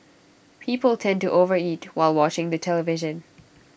people tend to overeat while watching the television